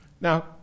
Now